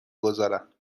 گذارم